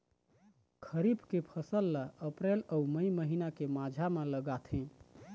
खरीफ के फसल ला अप्रैल अऊ मई महीना के माझा म लगाथे